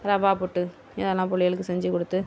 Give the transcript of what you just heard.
ரவா புட்டு இதெலாம் பிள்ளைகளுக்கு செஞ்சு கொடுத்து